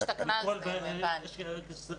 השתכנזתם, הבנתי.